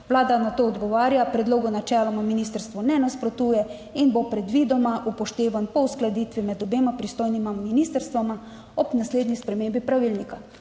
Vlada na to odgovarja: predlogu načeloma ministrstvo ne nasprotuje in bo predvidoma upoštevan po uskladitvi med obema pristojnima ministrstvoma ob naslednji spremembi pravilnika.